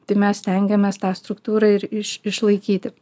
tai mes stengiamės tą struktūrą ir iš išlaikyti